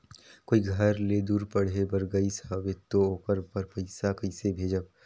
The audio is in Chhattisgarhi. कोई घर ले दूर पढ़े बर गाईस हवे तो ओकर बर पइसा कइसे भेजब?